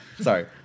Sorry